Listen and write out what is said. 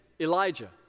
Elijah